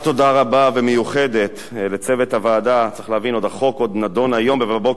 הצעת חוק הגנת הצרכן (תיקון מס' 35),